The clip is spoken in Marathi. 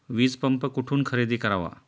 वीजपंप कुठून खरेदी करावा?